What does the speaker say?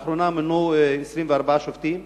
לאחרונה מונו 24 שופטים,